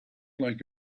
like